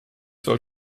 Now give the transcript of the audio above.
soll